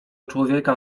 człowieka